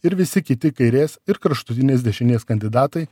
ir visi kiti kairės ir kraštutinės dešinės kandidatai